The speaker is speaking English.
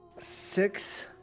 Six